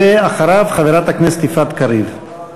ואחריו, חברת הכנסת יפעת קריב.